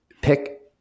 pick